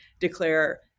declare